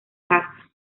casa